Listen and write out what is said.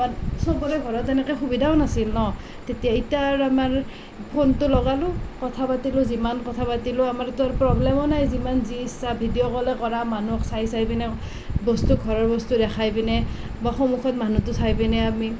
চবৰে ঘৰত এনেকে সুবিধাও নাছিল ন তেতিয়া এতিয়া আৰু আমাৰ ফোনটো লগালোঁ কথা পাতিলোঁ যিমান কথা পাতিলেও আমাৰ তো প্ৰাব্লেমো নাই যিমান যি ইচ্ছা ভিডিঅ' কলেই কৰা মানুহক চাই চাই পিনি বস্তু ঘৰৰ বস্তু দেখাই পিনে বা সন্মুখত মানুহটো চাই পিনে আমি